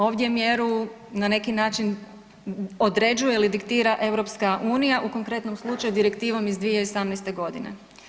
Ovdje mjeru na neki način određuje ili diktira EU u konkretnom slučaju Direktivom iz 2018. godine.